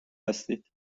هستید